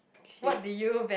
Keith